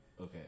Okay